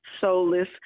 soulless